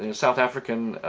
and south african